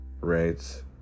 right